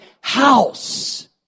house